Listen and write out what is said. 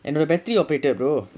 என்னோட:ennoda battery operated brother